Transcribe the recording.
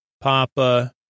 Papa